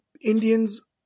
Indians